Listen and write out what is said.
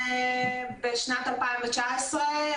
בשנת 2019,